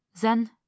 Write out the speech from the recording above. Then